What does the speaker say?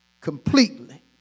completely